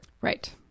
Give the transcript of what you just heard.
Right